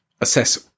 assess